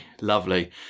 lovely